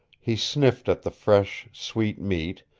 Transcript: he sniffed at the fresh, sweet meat,